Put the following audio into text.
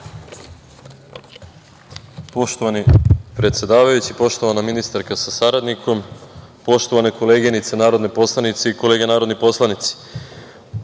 Poštovani predsedavajući, poštovana ministarka sa saradnikom, poštovane koleginice narodne poslanice i kolege narodni poslanici. Mislim